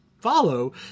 follow